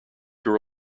your